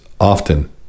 often